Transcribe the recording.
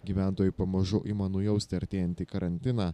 gyventojai pamažu ima nujausti artėjantį karantiną